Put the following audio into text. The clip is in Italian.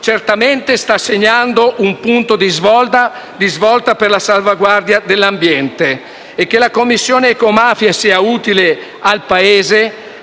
Grazie